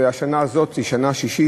והשנה הזאת היא שנה שישית,